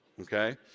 Okay